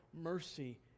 mercy